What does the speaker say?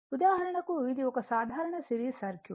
ఉదాహరణకు ఇది ఒక సాధారణ సిరీస్ సర్క్యూట్